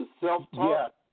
self-taught